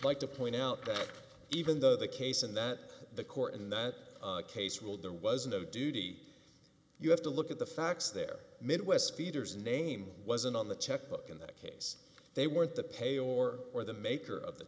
like to point out that even though the case and that the court in that case ruled there was no duty you have to look at the facts there midwest speeders name wasn't on the checkbook in that case they weren't the pay or or the maker of the